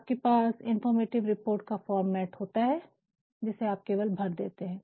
आपके पास informative report का फ़ॉर्मेट होता है जिसे आप केवल भर देते है